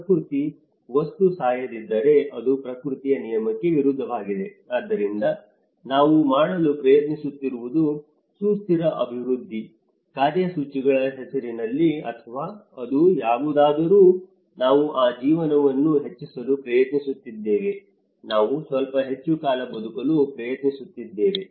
ಪ್ರಕೃತಿ ವಸ್ತು ಸಾಯದಿದ್ದರೆ ಅದು ಪ್ರಕೃತಿಯ ನಿಯಮಕ್ಕೆ ವಿರುದ್ಧವಾಗಿದೆ ಆದ್ದರಿಂದ ನಾವು ಮಾಡಲು ಪ್ರಯತ್ನಿಸುತ್ತಿರುವುದು ಸುಸ್ಥಿರ ಅಭಿವೃದ್ಧಿ ಕಾರ್ಯಸೂಚಿಗಳ ಹೆಸರಿನಲ್ಲಿ ಅಥವಾ ಅದು ಯಾವುದಾದರೂ ನಾವು ಆ ಜೀವನವನ್ನು ಹೆಚ್ಚಿಸಲು ಪ್ರಯತ್ನಿಸುತ್ತಿದ್ದೇವೆ ನಾವು ಸ್ವಲ್ಪ ಹೆಚ್ಚು ಕಾಲ ಬದುಕಲು ಪ್ರಯತ್ನಿಸುತ್ತಿದ್ದೇವೆ